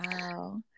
Wow